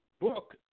book